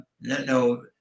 no